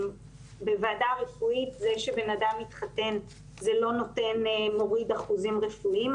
בוועדה רפואית זה שבן אדם מתחתן זה לא מוריד אחוזים רפואיים.